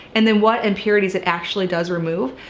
and then what impurities it actually does remove.